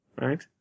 right